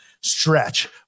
stretch